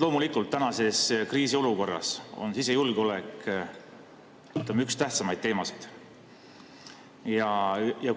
Loomulikult tänases kriisiolukorras on sisejulgeolek, ütleme, üks tähtsamaid teemasid.